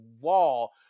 wall